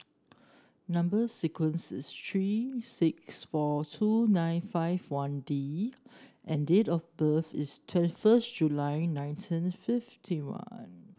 number sequence is three six four two nine five one D and date of birth is twenty first July nineteen fifty one